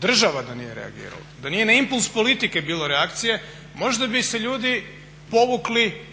država da nije reagirala, da nije na impuls politike bilo reakcije možda bi se ljudi povukli